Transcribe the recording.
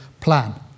plan